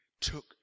took